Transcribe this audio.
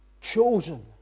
chosen